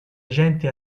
agenti